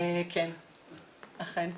(הצגת מצגת) אכן כן.